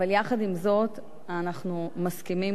אבל יחד עם זאת אנחנו מסכימים,